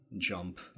jump